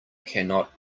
cannot